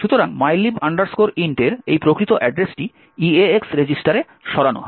সুতরাং mylib int এর এই প্রকৃত অ্যাড্রেসটি EAX রেজিস্টারে সরানো হয়